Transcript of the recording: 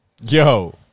Yo